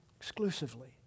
Exclusively